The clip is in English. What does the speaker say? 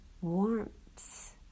warmth